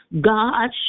God